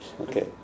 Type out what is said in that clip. okay